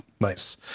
nice